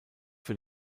für